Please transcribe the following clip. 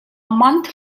month